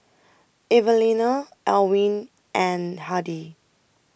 Evalena Elwin and Hardie